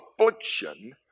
affliction